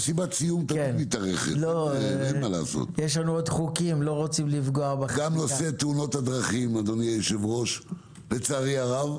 גם נושא תאונות הדרכים לצערי הרב,